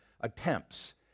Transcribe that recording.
attempts